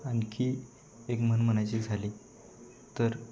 आणखी एक म्हण म्हणायची झाली तर